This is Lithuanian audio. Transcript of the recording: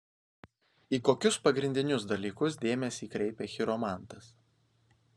į kokius pagrindinius dalykus dėmesį kreipia chiromantas